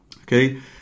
Okay